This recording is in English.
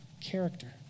character